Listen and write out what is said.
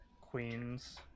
queens